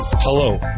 Hello